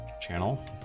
channel